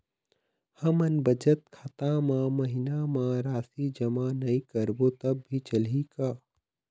हमन बचत खाता मा महीना मा राशि जमा नई करबो तब भी चलही का?